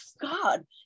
god